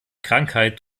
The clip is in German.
krankheit